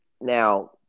Now